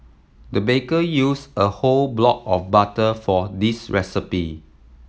the baker used a whole block of butter for this recipe